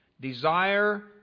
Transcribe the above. desire